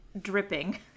dripping